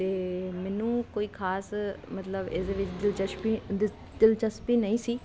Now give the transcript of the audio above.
ਤੇ ਮੈਨੂੰ ਕੋਈ ਖਾਸ ਮਤਲਬ ਇਹਦੇ ਵਿੱਚ ਦਿਲਚਸਪੀ ਦਿਲਚਸਪੀ ਨਹੀਂ ਸੀ